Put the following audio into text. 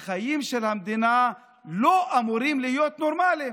אז החיים של המדינה לא אמורים להיות נורמליים.